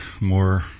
more